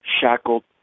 shackled